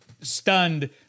stunned